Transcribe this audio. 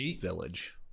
Village